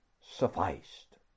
sufficed